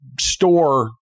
store